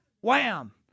wham